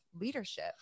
leadership